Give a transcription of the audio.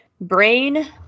Brain